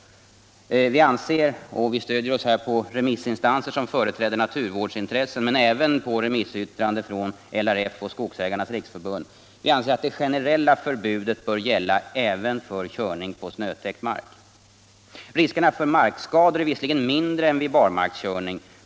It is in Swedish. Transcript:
Vi anser — och vi stöder oss här på remissinstanser som företräder naturvårdens intressen och även på remissyttranden från LRF och Skogsägarnas riksförbund — att det generella förbudet bör gälla även körning på snötäckt mark. Riskerna för markskador är visserligen mindre än vid barmarkskörning.